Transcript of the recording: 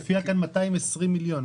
מופיע כאן 220 מיליון.